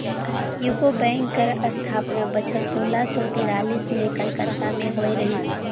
UCO bank कर असथापना बछर सोला सव तिरालिस में कलकत्ता में होए रहिस